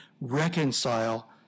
reconcile